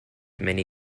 many